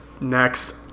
Next